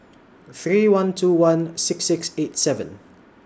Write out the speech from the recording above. three one two one six six eight seven